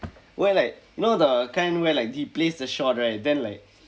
where like you know the kind where like he place they shot right then like